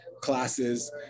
classes